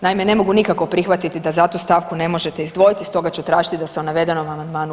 Naime, ne mogu nikako prihvatiti da za tu stavku ne možete izdvojiti i stoga ću tražiti da se o navedenom Amandmanu glasuje.